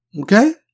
Okay